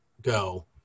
go